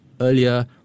earlier